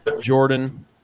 Jordan